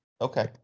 Okay